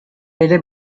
bere